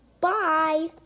Bye